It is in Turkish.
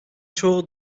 çoğu